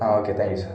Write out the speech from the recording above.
ah okay thank you sir